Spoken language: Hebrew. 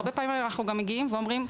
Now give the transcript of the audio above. הרבה פעמים אנחנו מגיעים ואומרים,